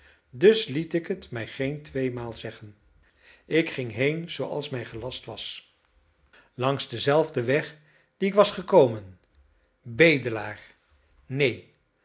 dus liet ik het mij geen tweemaal zeggen ik ging heen zooals mij gelast was langs denzelfden weg dien ik was gekomen bedelaar neen